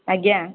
ଆଜ୍ଞା